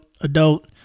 adult